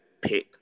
pick